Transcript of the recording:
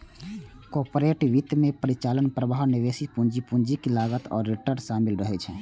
corporate वित्त मे परिचालन प्रवाह, निवेशित पूंजी, पूंजीक लागत आ रिटर्न शामिल रहै छै